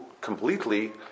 completely